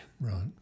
Right